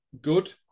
good